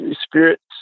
spirits